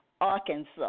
Arkansas